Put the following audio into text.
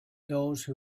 those